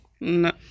No